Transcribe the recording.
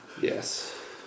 Yes